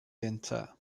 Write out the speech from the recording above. winter